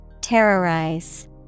Terrorize